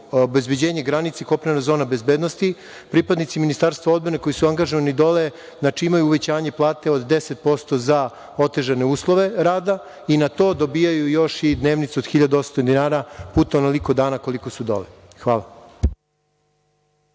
obezbeđenje granica kopnene zone bezbednosti, pripadnici Ministarstva odbrane koji su angažovani dole, znači, imaju uvećanje plate od deset posto za otežane uslove rada i na to dobijaju još i dnevnicu od 1800 dinara puta onoliko dana koliko su dole. Hvala